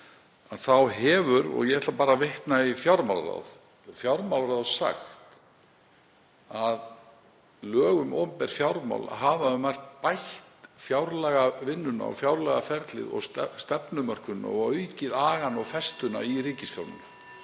þá hefur, og ég ætla bara að vitna í fjármálaráð, fjármálaráð sagt að lög um opinber fjármál hafi um margt bætt fjárlagavinnuna og fjárlagaferlið og stefnumörkunina (Forseti hringir.) og aukið agann og festu í ríkisfjármálum